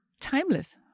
Timeless